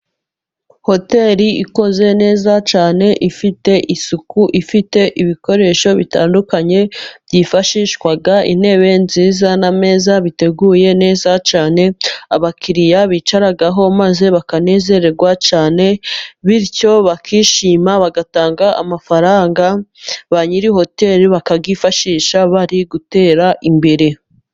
Hoteli ikoze neza cyane ifite isuku, ifite ibikoresho bitandukanye byifashishwa, intebe nziza n'ameza biteguye neza cyane abakiriya bicaraho maze bakanezererwa cyane, bityo bakishima, bagatanga amafaranga, ba nyiri hoteli bakayifashisha bari gutera imbere.